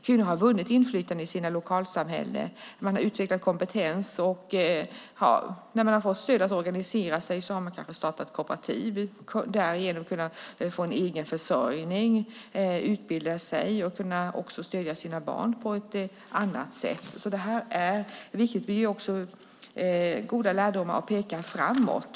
Kvinnor har vunnit inflytande i sina lokalsamhällen, de har utvecklat kompetens och när de fått stöd att organisera sig har de kanske startat kooperativ och därigenom kunnat få en egen försörjning, kunnat utbilda sig och även stödja sina barn. Det är viktigt. Det ger dessutom goda lärdomar och pekar framåt.